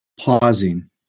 Pausing